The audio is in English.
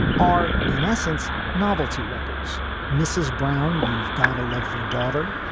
are, in essence, novelty records mrs. brown, you've got a lovely daughter